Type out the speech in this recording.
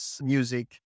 music